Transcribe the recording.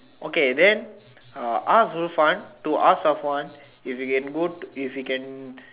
okay then uh ask Zulfan to ask Safwan if he can go if he can